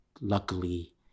luckily